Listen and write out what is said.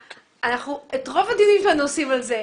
את רוב הדיונים שלנו אנחנו עושים על זה.